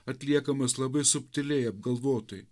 atliekamas labai subtiliai apgalvotai